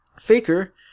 Faker